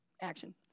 action